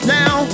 now